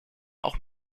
auch